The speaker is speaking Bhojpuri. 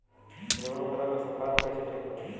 गेहूँक फसल क सूखा ऱोग कईसे ठीक होई?